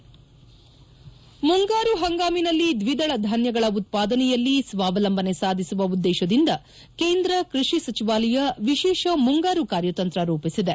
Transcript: head ಮುಂಗಾರು ಹಂಗಾಮಿನಲ್ಲಿ ದ್ವಿದಳ ಧಾನ್ಯಗಳ ಉತ್ಪಾದನೆಯಲ್ಲಿ ಸ್ವಾವಲಂಬನೆ ಸಾಧಿಸುವ ಉದ್ದೇಶದಿಂದ ಕೇಂದ್ರ ಕೃಷಿ ಸಚಿವಾಲಯ ವಿಶೇಷ ಮುಂಗಾರು ಕಾರ್ಯತಂತ್ರ ರೂಪಿಸಿದೆ